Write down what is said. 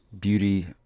beauty